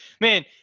man